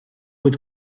with